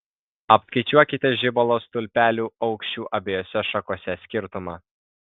apskaičiuokite žibalo stulpelių aukščių abiejose šakose skirtumą